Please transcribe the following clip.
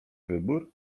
wybór